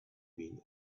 been